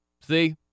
see